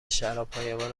شرابهایمان